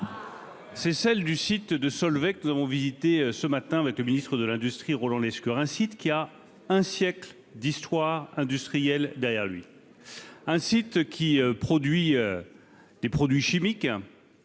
c'est celle du site de Solvay, que nous avons visité ce matin avec le Ministre de l'Industrie, Roland Lescure, site qui a un siècle d'histoire industrielle derrière lui, un site qui produit des produits chimiques